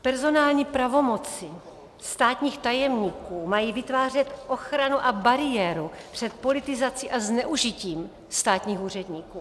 Personální pravomoci státních tajemníků mají vytvářet ochranu a bariéru před politizací a zneužitím státních úředníků.